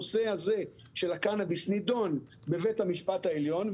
הנושא הזה של הקנביס נידון בבית-המשפט העליון,